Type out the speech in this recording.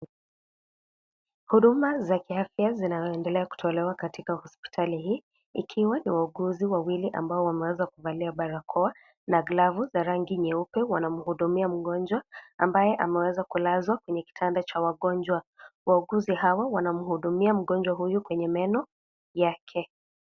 Huduma za kiafya zinaendelea kutolewa katika hospitali hii ikiwa na wauguzi wawili ambao wameweza kuvalia barakoa na glavu za rangi nyeupe wanamhudumia mgonjwa ambaye ameweza kulazwa kwenye kitanda cha wagonjwa. Wauguzi hawa wanamhudumia mgonjwa huyu kwenye meno yake.